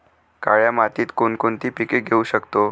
काळ्या मातीत कोणकोणती पिके घेऊ शकतो?